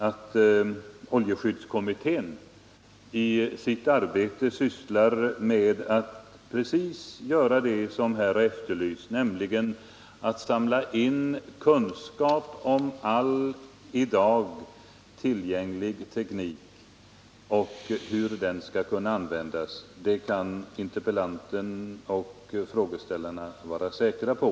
Att oljeskyddskommittén i sitt arbete sysslar med att precis göra det som här har efterlysts, nämligen att samla in kunskap om all i dag tillgänglig teknik och hur den skall kunna användas, kan interpellanten och frågeställarna vara säkra på.